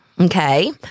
Okay